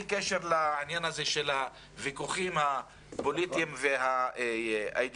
קשר לעניין הזה של הוויכוחים הפוליטיים והאידיאולוגיים,